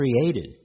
created